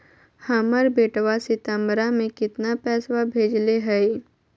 हमर बेटवा सितंबरा में कितना पैसवा भेजले हई?